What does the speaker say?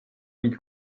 být